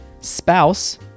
spouse